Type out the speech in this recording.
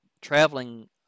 traveling